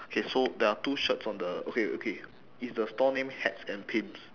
okay so there are two shirts on the okay okay is the store name hats and pins